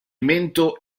mento